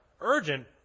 urgent